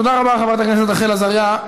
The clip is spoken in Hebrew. תודה רבה, חברת הכנסת רחל עזריה.